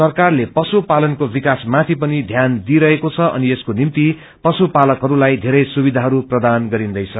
सरकारले ष्यु पालनको विकासमाथि पनि ध्यान दिइरहेको छ अनि यसको निश्व पश्च पालकहरूलाई धेरै सुविधाहरू प्रदान गरिन्देछ